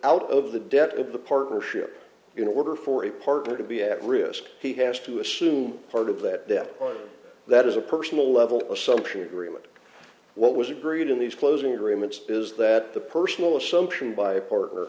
out of the debt of the partnership in order for a partner to be at risk he has to assume part of that debt that is a personal level assumption agreement what was agreed in these closing agreements is that the personal assumption by partner